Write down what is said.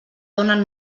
donen